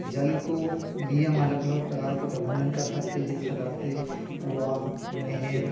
जल को लिए हम अलग अलग प्रकार के प्रबंधन कर सकते जिस प्रकार से कुआँ नहर